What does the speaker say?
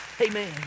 Amen